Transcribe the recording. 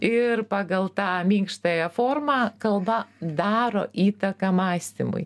ir pagal tą minkštąją formą kalba daro įtaką mąstymui